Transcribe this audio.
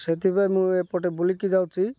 ସେଥିପାଇଁ ମୁଁ ଏପଟେ ବୁଲିକି ଯାଉଛି